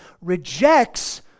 rejects